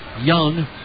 Young